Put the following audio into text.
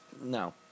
No